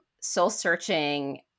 soul-searching